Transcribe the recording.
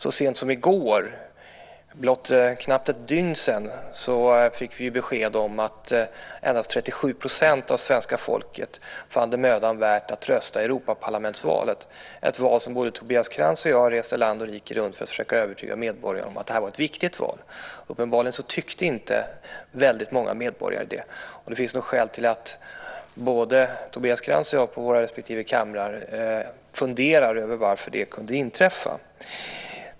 Så sent som i går, för knappt ett dygn sedan, fick vi ju besked om att endast 37 % av svenska folket fann det mödan värt att rösta i Europaparlamentsvalet, ett val som både Tobias Krantz och jag reste land och rike runt för att försöka övertyga medborgarna om att det var ett viktigt val. Uppenbarligen tyckte väldigt många medborgare inte det, och det finns nog skäl för både Tobias Krantz och mig att på våra respektive kamrar fundera över varför det kunde inträffa.